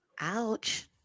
Ouch